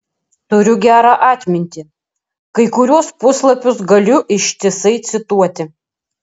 turiu gerą atmintį kai kuriuos puslapius galiu ištisai cituoti